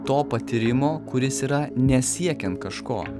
to patyrimo kuris yra nesiekiant kažko